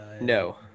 No